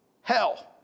hell